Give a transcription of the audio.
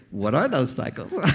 what are those cycles? oh. i